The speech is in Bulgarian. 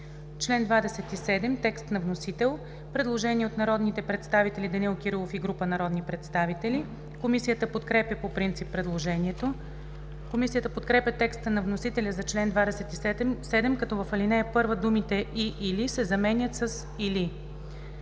чл. 27 – текст на вносител. Предложение от народния представител Данаил Кирилов и група народни представители. Комисията подкрепя по принцип предложението. Комисията подкрепя текста на вносителя за чл. 27, като в ал. 1 думите „и/или“ се заменят с „ или“.